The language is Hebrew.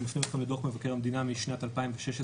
אני אזכיר את הדו"ח משנת 2016,